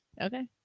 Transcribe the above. Okay